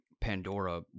Pandora